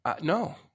no